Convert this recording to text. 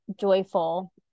joyful